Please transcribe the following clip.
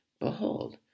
Behold